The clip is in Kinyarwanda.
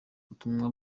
ubutumwa